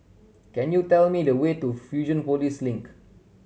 can you tell me the way to Fusionopolis Link